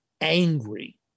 angry